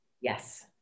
Yes